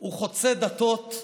הוא חוצה דתות,